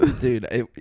Dude